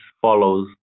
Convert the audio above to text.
follows